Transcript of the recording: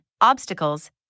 obstacles